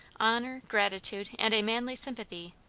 honor, gratitude, and a manly sympathy,